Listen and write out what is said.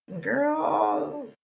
Girl